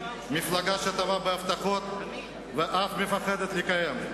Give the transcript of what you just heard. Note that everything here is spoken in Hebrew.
מפלגה שטובה בהבטחות אך מפחדת לקיים.